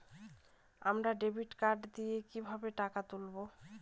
আমরা debit card দিয়ে কিভাবে টাকা তুলবো?